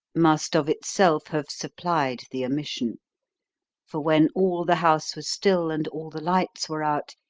must of itself have supplied the omission for when all the house was still and all the lights were out,